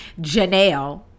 Janelle